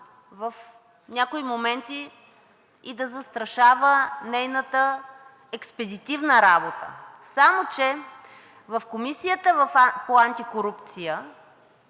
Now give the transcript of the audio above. в някои моменти да застрашава нейната експедитивна работа, само че в комисията по антикорупция,